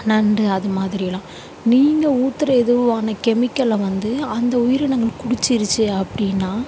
நண்டு அதுமாதிரியெல்லாம் நீங்கள் ஊத்துகிற இதுவான கெமிக்கலை வந்து அந்த உயிரினங்கள் குடிச்சிடுச்சு அப்படின்னா